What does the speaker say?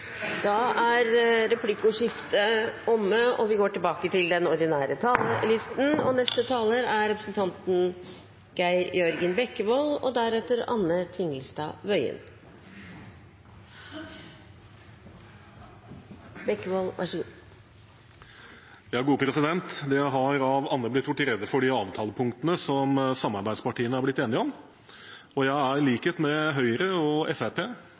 Da ligger det godt an med Forsvarets musikk. Replikkordskiftet er omme. Det har av andre blitt gjort rede for de avtalepunktene som samarbeidspartiene har blitt enige om. Jeg er i likhet med Høyre og